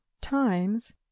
times